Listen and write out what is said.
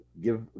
give